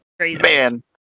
Man